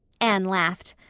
anne laughed.